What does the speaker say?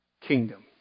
kingdom